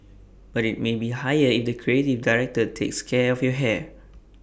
but IT may be higher if the creative director takes care of your hair